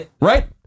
right